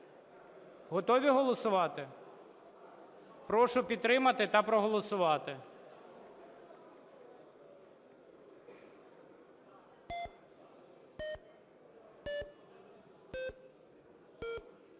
Готові голосувати? Прошу підтримати та проголосувати.